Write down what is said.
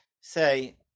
say